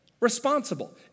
Responsible